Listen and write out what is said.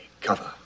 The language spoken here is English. cover